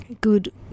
good